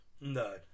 no